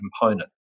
component